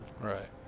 Right